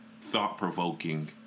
thought-provoking